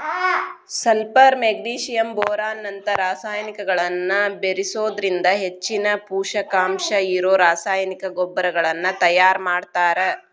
sulphur magnesium boron ನಂತ ರಸಾಯನಿಕಗಳನ್ನ ಬೇರಿಸೋದ್ರಿಂದ ಹೆಚ್ಚಿನ ಪೂಷಕಾಂಶ ಇರೋ ರಾಸಾಯನಿಕ ಗೊಬ್ಬರಗಳನ್ನ ತಯಾರ್ ಮಾಡ್ತಾರ